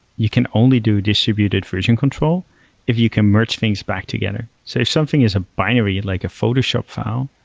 you can only do distributed version control if you can merge things back together. so if something is a binary, like a photoshop file,